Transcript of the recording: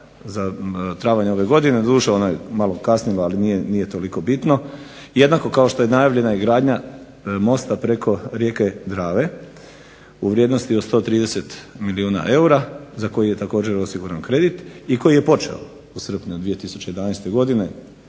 za travanj ove godine, doduše ona je malo kasnila ali nije toliko bitno, jednako kao što je najavljena i gradnja mosta preko rijeke Drave, u vrijednosti 130 milijuna eura za koji je također osiguran kredi ti koji je počeo u srpnju 2011. godine,